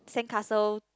sandcastle